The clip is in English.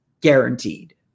Guaranteed